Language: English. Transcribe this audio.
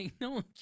no